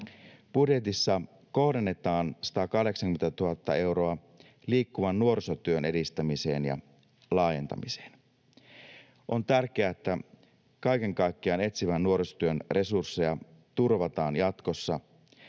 Budjetissa kohdennetaan 180 000 euroa liikkuvan nuorisotyön edistämiseen ja laajentamiseen. On tärkeää, että kaiken kaikkiaan etsivän nuorisotyön resursseja turvataan jatkossa.